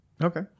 Okay